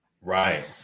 right